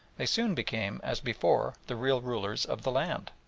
they soon became, as before, the real rulers of the land.